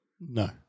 no